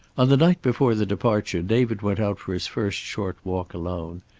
on the night before the departure david went out for his first short walk alone,